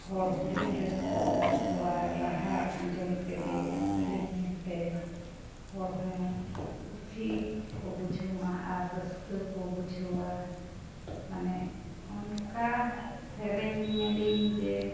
ᱦᱚᱲ ᱦᱚᱸᱞᱤᱧ ᱨᱟᱹᱥᱠᱟᱹ ᱦᱚᱪᱚ ᱠᱚᱣᱟ ᱨᱟᱦᱟ ᱟᱸᱡᱚᱢ ᱛᱮᱜᱮ ᱟᱹᱞᱤᱧ ᱧᱮᱞᱛᱮ ᱦᱚᱲ ᱦᱚᱸ ᱠᱩᱥᱤ ᱠᱚ ᱵᱩᱡᱷᱟᱹᱣ ᱢᱟ ᱟᱨ ᱨᱟᱹᱥᱠᱟᱹ ᱠᱚ ᱵᱩᱡᱷᱟᱹᱣᱟ ᱢᱟᱱᱮ ᱚᱱᱠᱟ ᱥᱮᱨᱮᱧ ᱟᱹᱞᱤᱧ ᱡᱮ